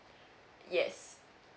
yes